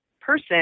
person